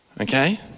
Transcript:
Okay